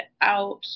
out